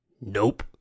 nope